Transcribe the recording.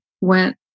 went